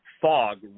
fog